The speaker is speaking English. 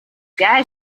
guy